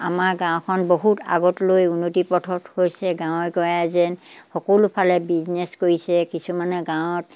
আমাৰ গাঁওখন বহুত আগতলৈ উন্নতি পথত হৈছে গাঁৱে গঞাই যেন সকলোফালে বিজনেছ কৰিছে কিছুমানে গাঁৱত